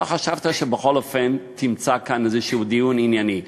אתה חשבת שבכל אופן תמצא כאן איזשהו דיון ענייני.